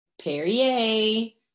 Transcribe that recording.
Perrier